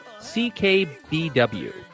CKBW